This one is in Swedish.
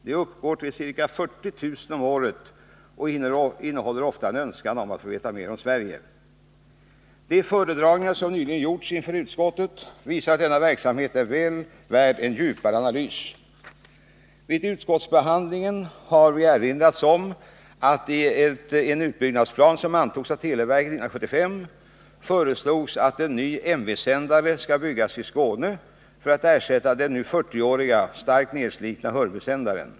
De uppgår till ca 40 000 om året och innehåller ofta en önskan om att få veta mer om Sverige. De föredragningar som nyligen gjorts inför utskottet visar att denna verksamhet är väl värd en djupare analys. Vid utskottsbehandlingen har vi erinrat om att det, i en utbyggnadsplan som antogs av televerket 1975, föreslogs att en ny MV-sändare skulle byggas i Skåne för att ersätta den nu 40-åriga, starkt nedslitna Hörbysändaren.